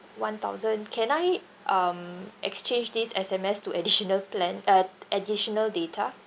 one thousand can I um exchange this S_M_S to additional plan uh additional data